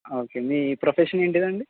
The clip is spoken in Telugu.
ఓకే మీ ప్రొఫెషన్ ఏంటిది అండి